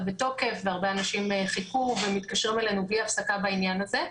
בתוקף והרבה אנשים חיכו ומתקשרים אלינו בלי הפסקה בעניין הזה.